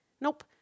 Nope